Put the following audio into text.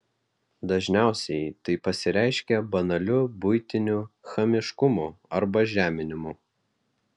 dažniausiai tai pasireiškia banaliu buitiniu chamiškumu arba žeminimu